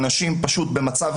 אנשים פשוט במצב